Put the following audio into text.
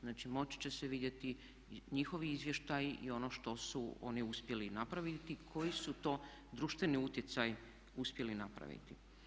Znači moći će se vidjeti njihovi izvještaji i ono što su oni uspjeli napraviti i koji su to društveni utjecaji uspjeli napraviti.